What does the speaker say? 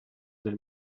del